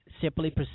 simply